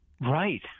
Right